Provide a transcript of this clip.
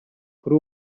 kuri